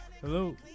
Hello